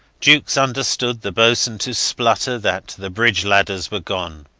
jukes understood the boatswain to splutter that the bridge ladders were gone.